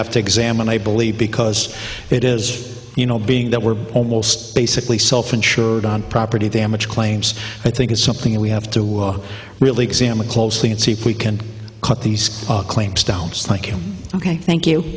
have to examine i believe because it is you know being that we're almost basically self insured property damage claims i think is something that we have to really examine closely and see if we can cut these claims down thank you